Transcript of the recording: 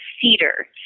cedar